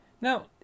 now